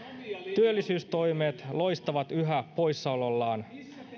työllisyystoimet loistavat yhä poissaolollaan